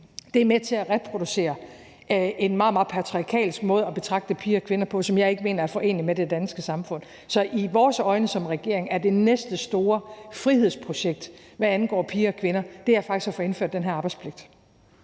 er med til at reproducere en meget, meget patriarkalsk måde at betragte piger og kvinder på, som jeg ikke mener er forenelig med det danske samfund. Så i regeringens øjne er det næste store frihedsprojekt, hvad angår piger og kvinder, faktisk at få indført den her arbejdspligt.